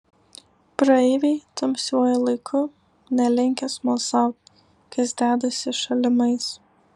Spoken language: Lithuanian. praeiviai tamsiuoju laiku nelinkę smalsaut kas dedasi šalimais